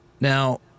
Now